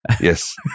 yes